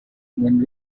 when